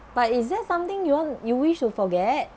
but it's that something you want you wish to forget